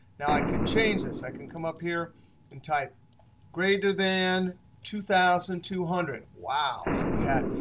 now, i can change this. i can come up here and type greater than two thousand two hundred. wow. so we had,